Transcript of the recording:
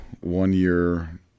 one-year